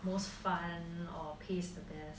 most fun or pays the best